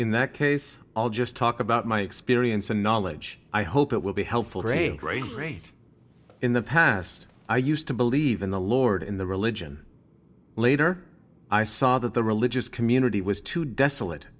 in that case i'll just talk about my experience and knowledge i hope it will be helpful for a great race in the past i used to believe in the lord in the religion later i saw that the religious community was too desolate